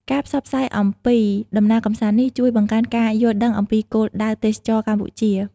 ការផ្សព្វផ្សាយអំពីដំណើរកម្សាន្តនេះ ជួយបង្កើនការយល់ដឹងអំពីគោលដៅទេសចរណ៍កម្ពុជា។